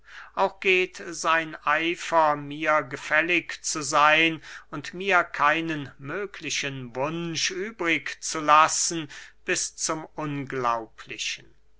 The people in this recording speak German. auch geht sein eifer mir gefällig zu seyn und mir keinen möglichen wunsch übrig zu lassen bis zum unglaublichen